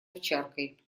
овчаркой